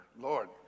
Lord